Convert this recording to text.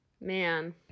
Man